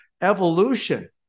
evolution